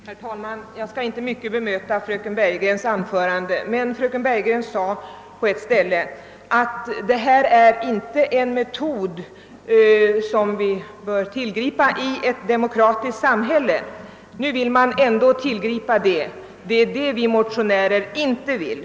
Herr talman! Jag skall inte mycket bemöta fröken Bergegrens anförande, men fröken Bergegren sade bland annat att telefonavlyssning inte är en metod som vi bör tillgripa i ett demokratiskt samhälle. Nu vill man ändå tillgripa den. Det är detta som vi motionärer inte vill.